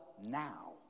now